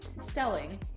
selling